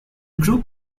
group